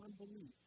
unbelief